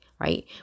Right